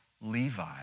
Levi